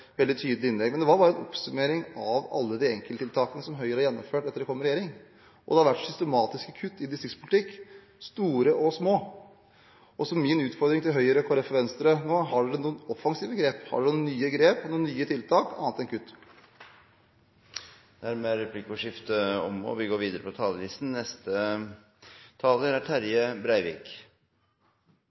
oppsummering av alle de enkelttiltakene som Høyre har gjennomført etter at de kom i regjering. Det har vært systematiske kutt i distriktspolitikk, store og små. Min utfordring til Høyre, Kristelig Folkeparti og Venstre nå er: Har de noen offensive grep, har de noen nye grep, noen nye tiltak, annet enn kutt? Replikkordskiftet er omme. Eg vil starta på same måte som representanten Marthinsen innleidde, med å påpeika at me i dag handsamar eit revidert nasjonalbudsjett, der det er